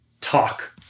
talk